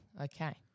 Okay